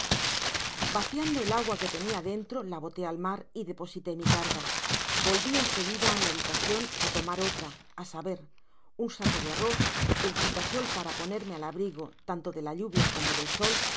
vaciando el agua que te nia dentro la boté al mar y deposité mi carga volví en seguida á mi habitacion á tomar otra á saber un saco de arroz el quitasol para ponerme al abrigo tanto de la lluvia como del sol